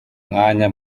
mwanya